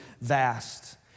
vast